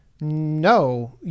no